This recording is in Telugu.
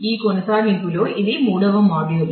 ఆ కొనసాగింపులో ఇది మూడవ మాడ్యూల్